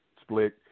split